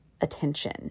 attention